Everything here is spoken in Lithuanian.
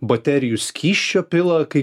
baterijų skysčio pila kai